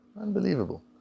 unbelievable